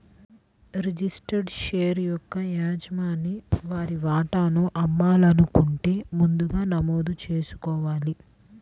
registered share యొక్క యజమాని వారి వాటాను అమ్మాలనుకుంటే ముందుగా నమోదు చేసుకోవాలి